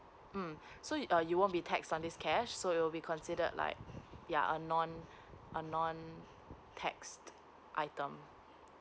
mm so ya you won't be taxed on this cash so you'll be considered like ya a non a non taxed item